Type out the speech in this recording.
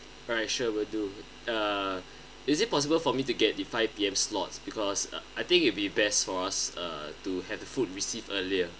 alright sure will do uh is it possible for me to get the five P_M slots because uh I think it'd be best for us uh to have the food received earlier